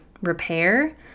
repair